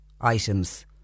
items